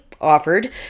offered